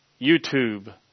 YouTube